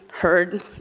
heard